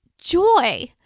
joy